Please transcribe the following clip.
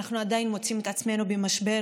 אנחנו עדיין מוצאים את עצמנו במשבר,